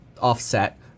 offset